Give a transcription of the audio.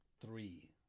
three